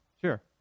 Sure